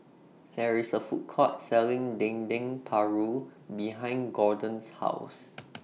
There IS A Food Court Selling Dendeng Paru behind Gorden's House